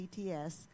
CTS